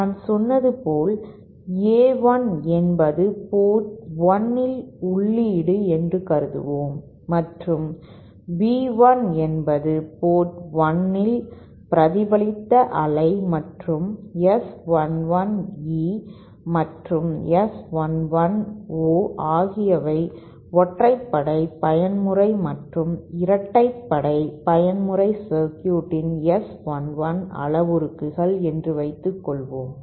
நான் சொன்னது போல் A1 என்பது போர்ட் 1 இன் உள்ளீடு என்று கருதுவோம் மற்றும் B 1 என்பது போர்ட் 1 இல் பிரதிபலித்த அலை மற்றும் S 11 E மற்Aறும் S 11 O ஆகியவை ஒற்றைப்படை பயன்முறை மற்றும் இரட்டைப்படை பயன்முறை சர்க்யூட் இன் S 11 அளவுருக்கள் என்று வைத்துக்கொள்வோம்